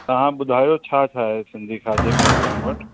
तव्हां ॿुधायो छा छा आहे सिंधी खाधे में अॼु तव्हां वटि